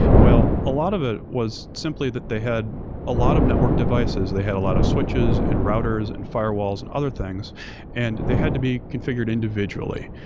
well a lot of it was simply that they had a lot of network devices. they had a lot of switches and routers and f irewalls and other things and they had to be conf igured individually.